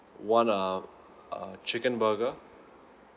one uh uh chicken burger